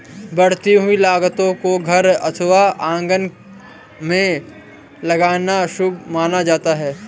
बढ़ती हुई लताओं को घर अथवा आंगन में लगाना शुभ माना जाता है